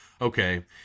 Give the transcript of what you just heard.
okay